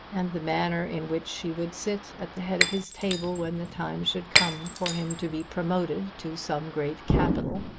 and the manner in which she would sit at the head of his table when the time should come for him to be promoted to some great capital.